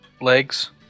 legs